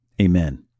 Amen